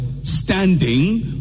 standing